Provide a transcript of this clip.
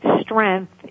strength